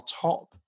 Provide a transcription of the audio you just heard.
top